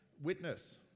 witness